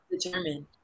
determined